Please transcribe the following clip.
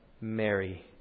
Mary